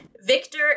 Victor